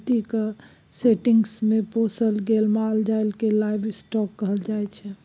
खेतीक सेटिंग्स मे पोसल गेल माल जाल केँ लाइव स्टाँक कहल जाइ छै